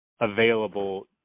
available